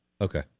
okay